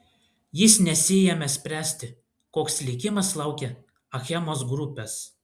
jis nesiėmė spręsti koks likimas laukia achemos grupės